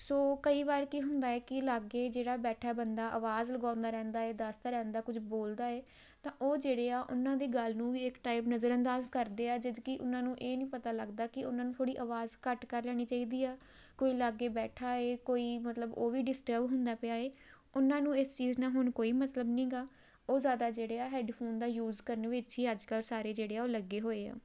ਸੋ ਕਈ ਵਾਰ ਕੀ ਹੁੰਦਾ ਹੈ ਕਿ ਲਾਗੇ ਜਿਹੜਾ ਬੈਠਾ ਬੰਦਾ ਆਵਾਜ਼ ਲਗਾਉਂਦਾ ਰਹਿੰਦਾ ਹੈ ਦੱਸਦਾ ਰਹਿੰਦਾ ਕੁਝ ਬੋਲਦਾ ਹੈ ਤਾਂ ਉਹ ਜਿਹੜੇ ਆ ਉਹਨਾਂ ਦੀ ਗੱਲ ਨੂੰ ਵੀ ਇੱਕ ਟਾਈਮ ਨਜ਼ਰ ਅੰਦਾਜ਼ ਕਰਦੇ ਹਾਂ ਜਦੋਂ ਕਿ ਉਹਨਾਂ ਨੂੰ ਇਹ ਨਹੀਂ ਪਤਾ ਲੱਗਦਾ ਕਿ ਉਹਨਾਂ ਨੂੰ ਥੋੜ੍ਹੀ ਆਵਾਜ਼ ਘੱਟ ਕਰ ਲੈਣੀ ਚਾਹੀਦੀ ਆ ਕੋਈ ਲਾਗੇ ਬੈਠਾ ਹੈ ਕੋਈ ਮਤਲਬ ਉਹ ਵੀ ਡਿਸਟਰਬ ਹੁੰਦਾ ਪਿਆ ਹੈ ਉਹਨਾਂ ਨੂੰ ਇਸ ਚੀਜ਼ ਨਾਲ ਹੁਣ ਕੋਈ ਮਤਲਬ ਨਹੀਂ ਗਾ ਉਹ ਜ਼ਿਆਦਾ ਜਿਹੜੇ ਆ ਹੈੱਡਫੋਨ ਦਾ ਯੂਜ਼ ਕਰਨ ਵਿੱਚ ਹੀ ਅੱਜ ਕੱਲ੍ਹ ਸਾਰੇ ਜਿਹੜੇ ਆ ਉਹ ਲੱਗੇ ਹੋਏ ਆ